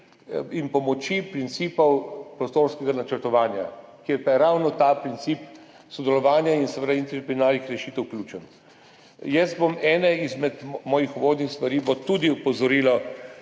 in pomoči, principov prostorskega načrtovanja, kjer pa je ravno ta princip sodelovanja in seveda interdisciplinarnih rešitev ključen. Ena izmed mojih uvodnih stvari bo tudi opozorilo